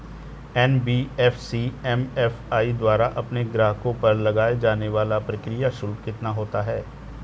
NBFC MFI द्वारा अपने ग्राहकों पर लगाए जाने वाला प्रक्रिया शुल्क कितना होता है?